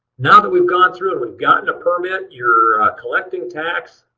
now that we've gone through and we've gotten a permit, you're collecting tax,